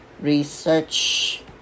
research